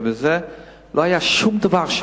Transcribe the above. לא היה שם שום דבר,